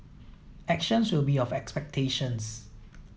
actions will be of expectations